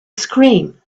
scream